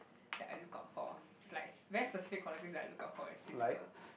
that I look out for like very specific qualities that I look out for in physical